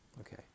Okay